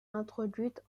introduite